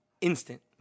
instant